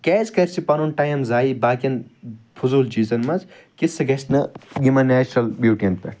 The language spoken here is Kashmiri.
کیٛاز کَرِ سُہ پنُن ٹایم ضایعہ باقٕیَن فضول چیٖزَن مَنٛز کہِ سُہ گَژھہِ نہٕ یمن نیچرَل بیٛوٹِیَن پٮ۪ٹھ